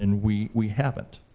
and we we haven't.